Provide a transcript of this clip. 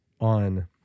on